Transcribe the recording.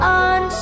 on